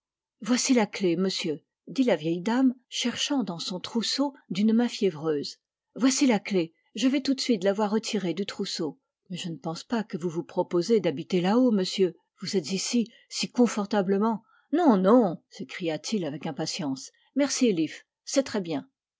voici la clef monsieur dit la vieille dame cherchant dans son trousseau d'une main fiévreuse voici la clef je vais tout de suite l'avoir retirée du trousseau mais je ne pense pas que vous vous proposez d'habiter là-haut monsieur vous êtes ici si confortablement non non s'écria-t-il avec impatience merci leaf c'est très bien